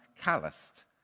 calloused